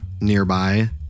nearby